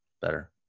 better